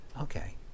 Okay